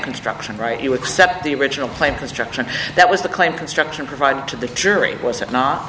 construction right you accept the original claim construction that was the claim construction project of the jury was not